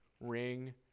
ring